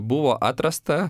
buvo atrasta